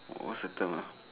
what's that term ah